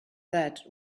that